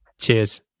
Cheers